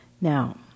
now